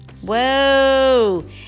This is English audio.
Whoa